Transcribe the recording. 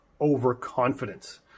overconfidence